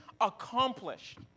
accomplished